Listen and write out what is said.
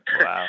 Wow